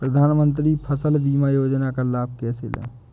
प्रधानमंत्री फसल बीमा योजना का लाभ कैसे लें?